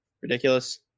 Ridiculous